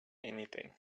anything